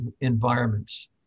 environments